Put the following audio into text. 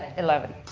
eleven